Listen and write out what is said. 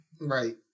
Right